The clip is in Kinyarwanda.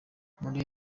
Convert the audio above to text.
muri